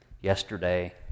yesterday